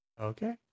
Okay